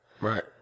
Right